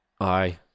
Aye